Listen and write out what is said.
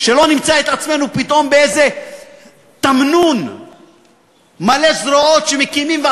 שלא נמצא את עצמנו פתאום באיזה תמנון מלא זרועות שמקימות,